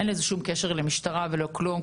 אין לזה שום קשר למשטרה ולא כלום.